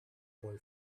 boy